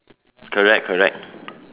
correct correct